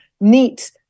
neat